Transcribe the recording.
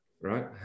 right